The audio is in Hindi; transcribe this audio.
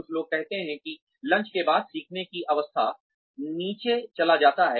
कुछ लोग कहते हैं कि लंच के बाद सीखने की अवस्था लर्निंग कर्व नीचे चला जाता है